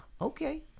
Okay